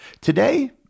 Today